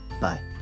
Bye